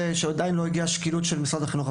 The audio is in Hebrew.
עדיין לא הגיעו השקילות של משרד החינוך,